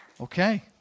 Okay